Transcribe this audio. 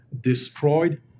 destroyed